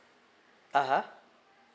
(uh huh)